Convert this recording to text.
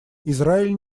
израиль